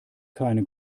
keine